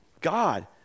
God